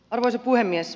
arvoisa puhemies